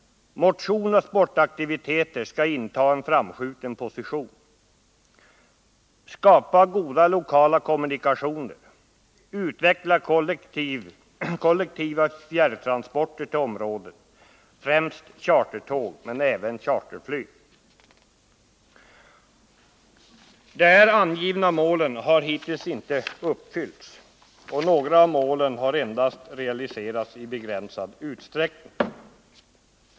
Motion och sportaktiviteter skall inta en framskjuten position. Skapa goda lokala kommunikationer. De här angivna målen har hittills inte uppfyllts, även om några av dem har realiserats i begränsad utsträckning.